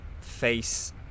face